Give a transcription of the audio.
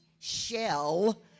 Shell